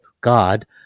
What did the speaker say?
God